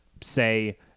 say